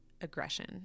aggression